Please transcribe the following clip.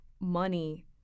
money